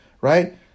right